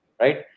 Right